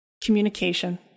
communication